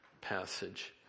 passage